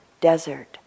desert